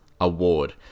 Award